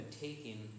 taking